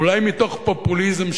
אולי מתוך פופוליזם,